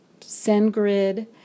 SendGrid